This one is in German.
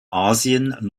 asien